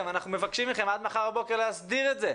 שאנחנו מבקשים מכם עד מחר בבוקר להסדיר את זה.